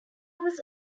was